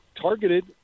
targeted